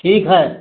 ठीक है